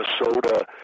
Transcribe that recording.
Minnesota